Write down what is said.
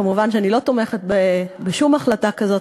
כמובן שאני לא תומכת בשום החלטה כזאת,